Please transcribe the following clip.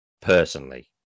personally